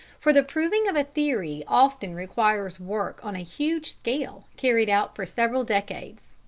for the proving of a theory often requires work on a huge scale carried out for several decades.